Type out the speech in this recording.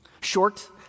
short